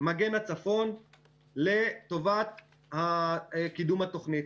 מגן הצפון לטובת קידום התוכנית.